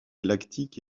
lactique